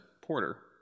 porter